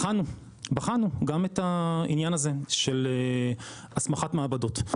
בחנו גם את העניין הזה של הסמכת מעבדות.